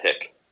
pick